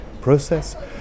process